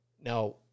Now